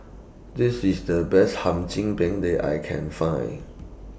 This IS The Best Hum Chim Peng that I Can Find